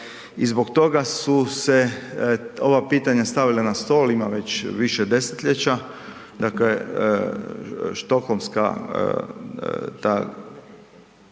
I zbog toga su se ova pitanja stavila na stol, ima već više desetljeća dakle štokholmski